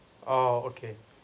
oh okay